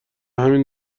همین